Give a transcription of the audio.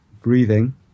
breathing